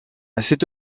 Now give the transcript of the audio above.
cette